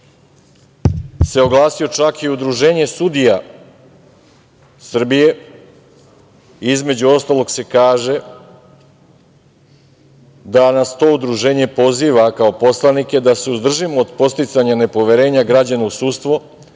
se oglasilo čak i Udruženje sudija Srbije. Između ostalog se kaže da nas to Udruženje poziva kao poslanike da se uzdržimo od podsticanja nepoverenja građana u sudstvo,